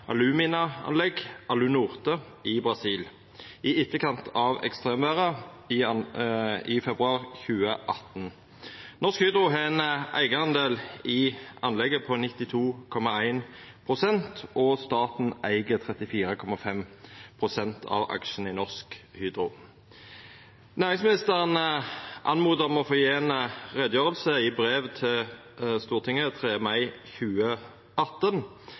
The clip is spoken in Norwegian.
alumina-anlegg Alunorte i Brasil i etterkant av ekstremvêret i februar 2018. Norsk Hydro har ein eigardel i anlegget på 92,1 pst., og staten eig 34,5 pst. av aksjane i Norsk Hydro. Næringsministeren ba om å få gje ei utgreiing i brev til Stortinget 3. mai 2018.